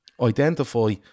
identify